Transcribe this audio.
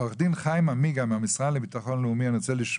עורך דין חיים אמיגה, מהמשרד לביטחון לאומי, נמצא?